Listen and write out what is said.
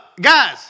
guys